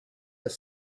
have